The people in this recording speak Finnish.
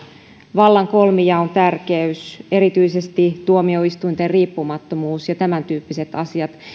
vallan kolmijaon tärkeys erityisesti tuomioistuinten riippumattomuus ja tämäntyyppiset asiat